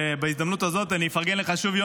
בהזדמנות הזאת אני אפרגן לך שוב,